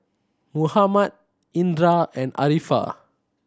Muhammad Indra and Arifa